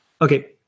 Okay